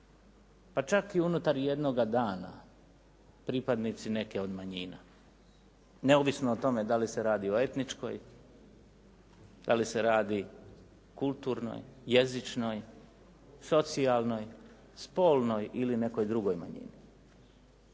pa čak i unutar jednoga dana pripadnici neke od manjina neovisno o tome da li se radi o etničkoj, da li se radi o kulturnoj, jezičnoj, socijalnoj, spolnoj ili nekoj drugoj manjini.